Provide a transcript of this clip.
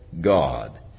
God